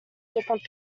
different